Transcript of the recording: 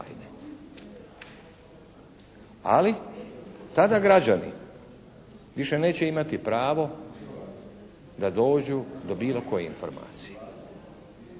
ali tada građani više neće imati pravo da dođu do bilo koje informacije